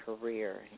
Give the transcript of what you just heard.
career